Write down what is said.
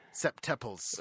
Septuples